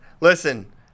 Listen